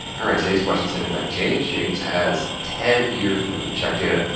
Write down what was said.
alright, today's question sent in by james, james has ten years' worth of check data,